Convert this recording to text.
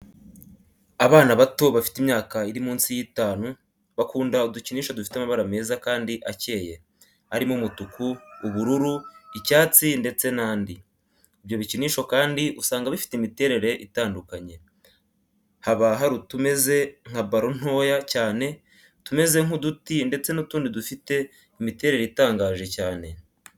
Abana bato bafite imyaka iri munsi y'itanu bakunda udukinisho dufite amabara meza kandi acyeye, arimo umutuku, ubururu, icyatsi, ndetse nandi. ibyo bikinisho kandi usanga bifite imiterere itandukanye, haba hari utumeze nka baro ntoya cyane, utumeze nk' uduti ndetse nutundi dufite imiterere itangaje cyane.